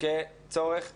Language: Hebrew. כצורך חיוני.